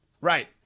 Right